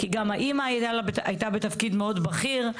כי גם האמא הייתה בתפקיד מאוד בכיר,